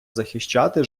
захищати